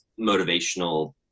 motivational